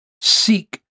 seek